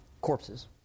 corpses